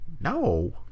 No